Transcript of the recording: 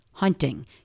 Hunting